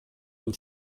dem